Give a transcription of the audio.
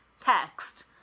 text